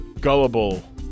gullible